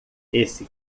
esse